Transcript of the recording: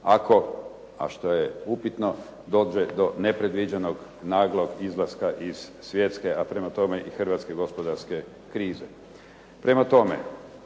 ako a što je upitno dođe do nepredviđenog naglog izlaska iz svjetske a prema tome i hrvatske gospodarske krize.